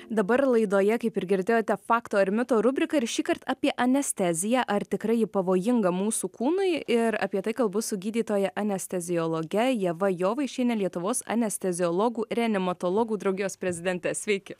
dabar laidoje kaip ir girdėjote fakto ar mito rubrika ir šįkart apie anesteziją ar tikrai ji pavojinga mūsų kūnui ir apie tai kalbu su gydytoja anesteziologe ieva jovaišiene lietuvos anesteziologų reanimatologų draugijos prezidente sveiki